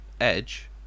Edge